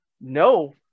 no